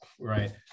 right